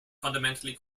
fundamentally